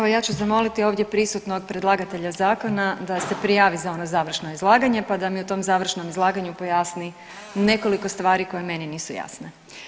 Evo ja ću zamoliti ovdje prisutnog predlagatelja zakona da se prijavi za ono završno izlaganje, pa da mi u tom završnom izlaganju pojasni nekoliko stvari koje meni nisu jasne.